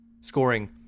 scoring